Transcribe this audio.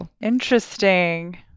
Interesting